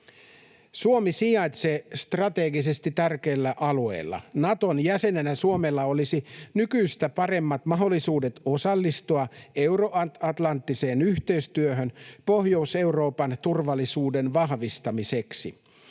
Suomi sijaitsee strategisesti tärkeillä alueilla. Naton jäsenenä Suomella olisi nykyistä paremmat mahdollisuudet osallistua euroatlanttiseen yhteistyöhön Pohjois-Euroopan turvallisuuden vahvistamiseksi.